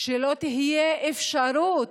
שלא תהיה אפשרות